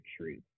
truth